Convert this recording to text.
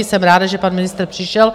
Jsem ráda, že pan ministr přišel.